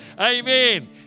Amen